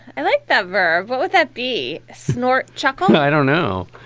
i like that verb what would that be? snort chuckle but i don't know.